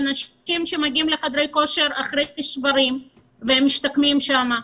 אנשים שמגיעים לחדרי כושר אחרי שברים ומשתקמים שם?